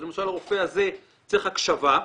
למשל הרופא הזה צריך הקשבה,